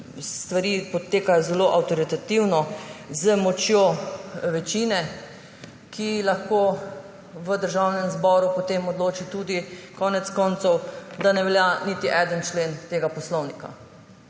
stvari potekajo zelo avtoritativno, z močjo večine, ki lahko v Državnem zboru potem konec koncev odloči tudi, da ne velja niti en člen tega poslovnika.